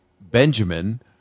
Benjamin